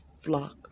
flock